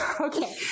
Okay